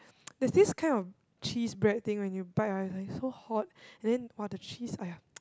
there's this kind of cheese bread thing when you bite right it's like so hot and then !wah! the cheese !aiya!